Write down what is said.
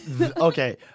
Okay